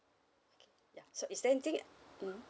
yeah so is there anything mm